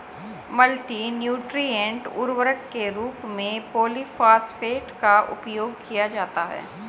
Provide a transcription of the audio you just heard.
multi nutrient उर्वरक के रूप में पॉलिफॉस्फेट का उपयोग किया जाता है